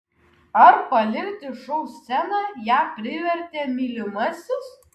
ar palikti šou sceną ją privertė mylimasis